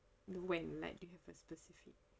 when like do you have a specific